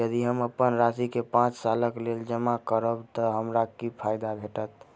यदि हम अप्पन राशि केँ पांच सालक लेल जमा करब तऽ हमरा की फायदा भेटत?